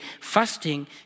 Fasting